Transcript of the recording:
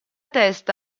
testa